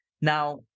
now